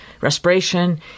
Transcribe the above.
respiration